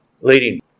leading